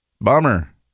bummer